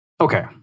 Okay